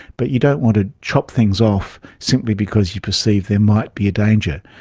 but you don't want to chop things off simply because you perceive there might be a danger.